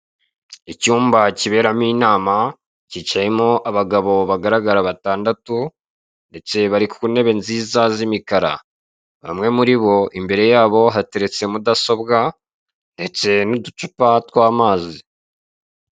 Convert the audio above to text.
Icyumba kiberamo inama kicayemo abagabo bagaragara batandatu ndetse bari ku ntebe nziza z'imikara. Bamwe muri bo imbere yabo hateretse mudasobwa ndetse n'uducupa tw'amazi.